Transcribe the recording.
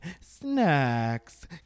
Snacks